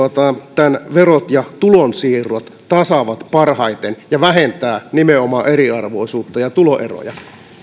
tämän verot ja tulonsiirrot tasaavat parhaiten ja nimenomaan vähentävät eriarvoisuutta ja tuloeroja